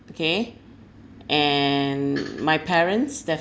okay and my parents